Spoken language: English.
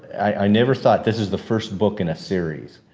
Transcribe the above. i never thought this is the first book in a series.